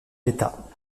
l’état